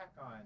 on